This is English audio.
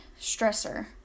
Stressor